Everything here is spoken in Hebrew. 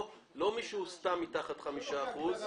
לא מישהו שהוא סתם מתחת לחמישה אחוזים.